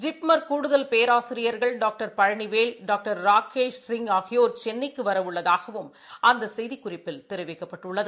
ஜிப்மர் கூடுதல் பேராசிரியர்கள் doctor Palanivel doctor Rakesh Singh ஆகியோர் சென்னைக்கு வரவுள்ளதாகவும் அந்தசெய்திக்குறிப்பில் தெரிவிக்கப்பட்டுள்ளது